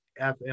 FM